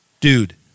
Dude